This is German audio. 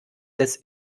des